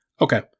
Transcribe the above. Okay